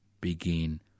begin